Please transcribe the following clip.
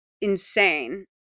insane